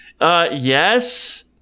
Yes